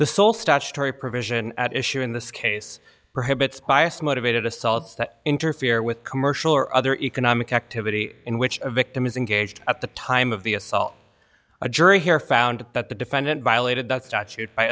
the sole statutory provision at issue in this case perhaps it's bias motivated assaults that interfere with commercial or other economic activity in which a victim is engaged at the time of the assault a jury here found that the defendant violated that statute by